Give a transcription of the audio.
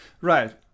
Right